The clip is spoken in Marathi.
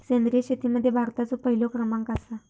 सेंद्रिय शेतीमध्ये भारताचो पहिलो क्रमांक आसा